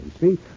see